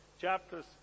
Chapters